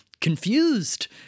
confused